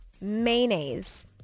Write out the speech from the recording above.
Mayonnaise